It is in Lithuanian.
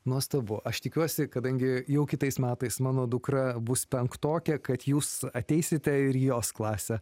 nuostabu aš tikiuosi kadangi jau kitais metais mano dukra bus penktokė kad jūs ateisite ir į jos klasę